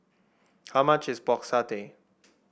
how much is Pork Satay